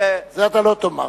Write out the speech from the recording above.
את זה אתה לא תאמר.